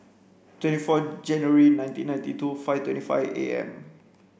twenty four January nineteen ninety two five twenty five A M